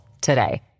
today